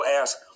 ask